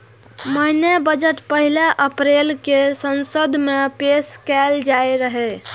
पहिने बजट पहिल अप्रैल कें संसद मे पेश कैल जाइत रहै